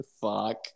Fuck